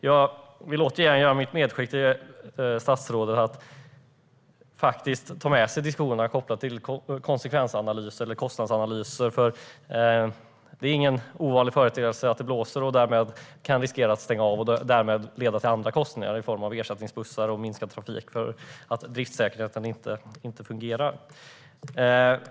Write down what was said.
Jag vill återigen uppmana statsrådet att ta med sig diskussionerna kopplade till konsekvensanalys eller kostnadsanalys. Blåst är ingen ovanlig företeelse, och den riskerar att leda till avstängningar som i sin tur leder till kostnader i form av ersättningsbussar och minskad trafik på grund av att driftssäkerheten inte är tillräcklig.